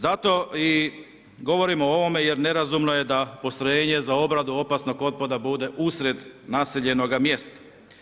Zato i govorim o ovome jer nerazumno je da postrojenje za obradu opasnog otpada bude usred naseljenoga mjesta.